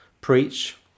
preach